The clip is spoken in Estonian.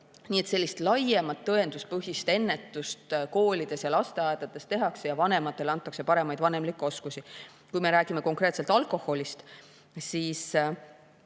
tehakse sellist laiemat tõenduspõhist ennetust koolides ja lasteaedades ja vanematele antakse paremaid vanemlikke oskusi. Kui me räägime konkreetselt alkoholist, siis